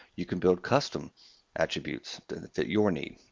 you can build custom attributes to and your needs.